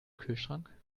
kühlschrank